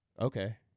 Okay